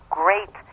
great